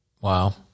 Wow